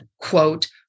quote